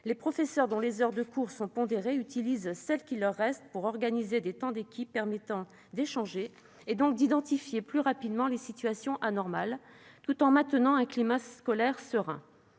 Les professeurs, dont les heures de cours sont pondérées, utilisent celles qui leur restent pour organiser des temps d'équipe, permettant d'échanger et, donc, d'identifier beaucoup plus rapidement les situations anormales, tout en maintenant un climat scolaire serein.